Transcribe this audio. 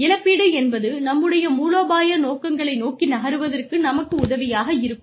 இழப்பீடு என்பது நம்முடைய மூலோபாய நோக்கங்களை நோக்கி நகருவதற்கு நமக்கு உதவியாக இருக்கும்